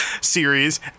series